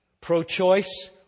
pro-choice